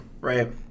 right